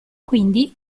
quindi